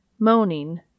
Moaning